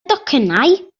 docynnau